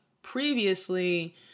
previously